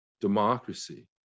democracy